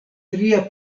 tria